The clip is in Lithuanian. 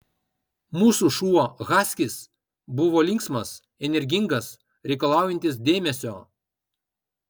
mūsų šuo haskis buvo linksmas energingas reikalaujantis dėmesio